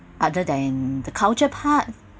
other than the culture part